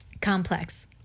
complex